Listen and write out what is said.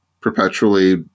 perpetually